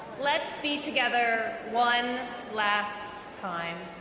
let's be together one last time.